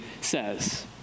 says